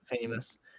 famous